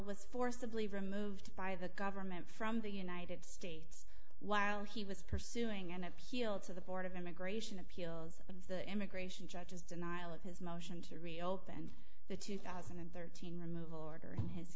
was forcibly removed by the government from the united states while he was pursuing an appeal to the board of immigration appeals and the immigration judge as denial of his motion to reopen the two thousand and thirteen removal order in his